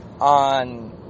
on